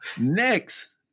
Next